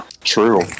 True